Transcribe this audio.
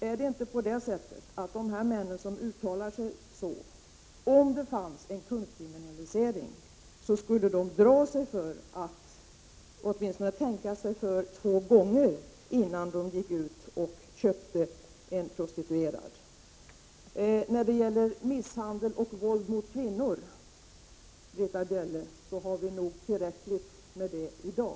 Skulle inte dessa män, som uttalar sig på det sättet, tänka sig för både en och två gånger innan de köpte en prostituerad, om prostitutionskontakter kriminaliserades? Misshandel och våld mot kvinnor, Britta Bjelle, har vi tillräckligt med i dag.